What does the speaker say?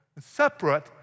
separate